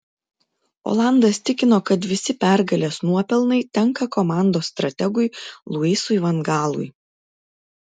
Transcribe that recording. olandas tikino kad visi pergalės nuopelnai tenka komandos strategui luisui van gaalui